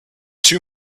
two